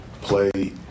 play